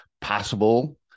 possible